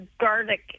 garlic